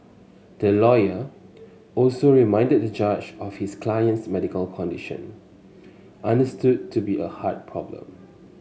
the lawyer also reminded the judge of his client's medical condition understood to be a heart problem